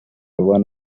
one